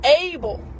able